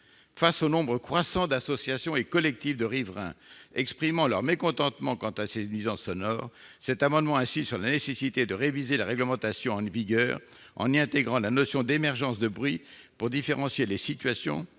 tenu du nombre croissant d'associations et de collectifs de riverains qui expriment leur mécontentement quant à ces nuisances sonores, nous insistons avec cet amendement sur la nécessité de réviser la réglementation en vigueur en y intégrant la notion d'émergence de bruit pour différencier les situations, élaborer